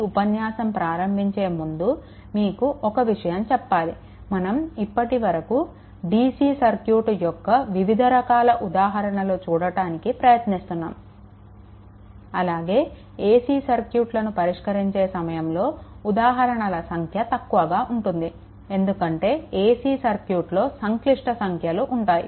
ఈ ఉపన్యాసం ప్రారంభించే ముందు మీకు ఒక విషయం చెప్పాలి మనం ఇప్పటి వరకు dc సర్క్యూట్ యొక్క వివిధ రకాల ఉదాహరణలు చూడడానికి ప్రయత్నిస్తున్నాము అలాగే ac సర్క్యూట్లను పరిష్కరించే సమయంలో ఉదాహరణల సంఖ్య తక్కువగా ఉంటుంది ఎందుకంటే ac సర్క్యూట్లో సంక్లిష్ట సంఖ్యలు ఉంటాయి